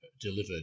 delivered